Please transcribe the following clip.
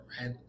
right